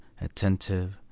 attentive